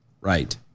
Right